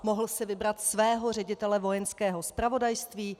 Mohl si vybrat svého ředitele Vojenského zpravodajství.